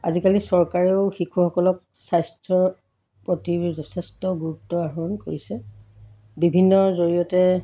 আজিকালি চৰকাৰেও শিশুসকলক স্বাস্থ্যৰ প্ৰতি যথেষ্ট গুৰুত্ব আহৰণ কৰিছে বিভিন্ন জৰিয়তে